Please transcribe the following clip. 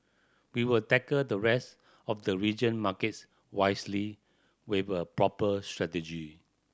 we will tackle the rest of the region markets wisely with a proper strategy